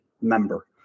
member